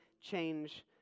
change